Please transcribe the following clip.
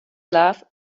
love